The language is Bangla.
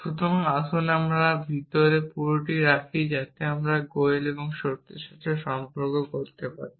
সুতরাং আসুন বাক্সের ভিতরে পুরোটা রাখি যাতে আমরা গোয়েল এবং সত্যের মধ্যে পার্থক্য করতে পারি